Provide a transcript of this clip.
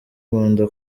nkunda